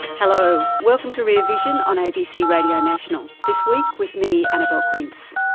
hello. welcome to rear vision on abc radio national, this week with me annabelle quince.